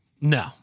No